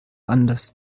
anders